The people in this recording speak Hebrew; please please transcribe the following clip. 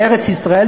בארץ-ישראל,